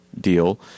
deal